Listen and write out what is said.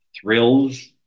thrills